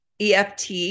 EFT